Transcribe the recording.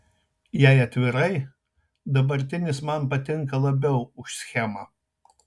jei atvirai dabartinis man patinka labiau už schemą